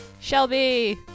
Shelby